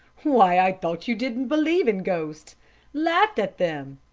why, i thought you didn't believe in ghosts laughed at them.